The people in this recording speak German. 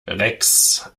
rex